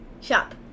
shop